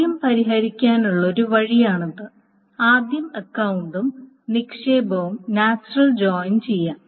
ചോദ്യം പരിഹരിക്കാനുള്ള ഒരു വഴിയാണിത് ആദ്യം അക്കൌണ്ടും നിക്ഷേപവും നാച്ചുറൽ ജോയിൻ ചെയ്യാം